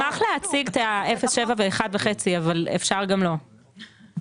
אני אשמח להציג את ה-0.7 ו-1.5, אבל אפשר גם לא,